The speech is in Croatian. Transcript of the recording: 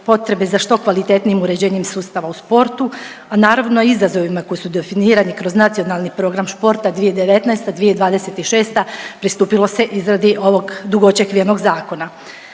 potrebe za što kvalitetnijem uređenjem sustava u sportu naravno i izazovima koji su definirani kroz Nacionalni program športa 2019.-2026. pristupilo se izradi ovog dugo očekivanog zakona.